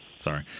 Sorry